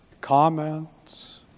comments